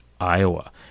Iowa